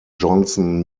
johnson